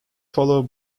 followed